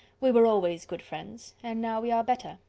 we were always good friends and now we are better.